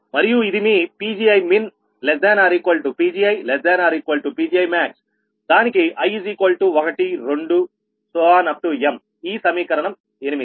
మరియు ఇది మీ PgiminPgiPgimaxదానికి i12mఈ సమీకరణం 8